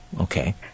Okay